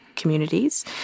communities